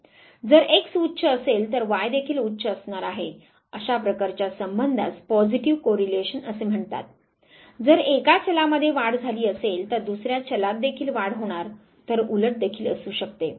जर एक्स उच्च असेल तर वाय देखील उच्च असणार आहे अशा प्रकारच्या संबंधास पॉजिटिव को रिलेशन असे म्हणतात जर एका चलामध्ये वाढ झाली असेल तर दुसर्या चलात देखील वाढ होणार तर उलट देखील असू शकते